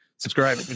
subscribe